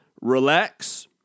relax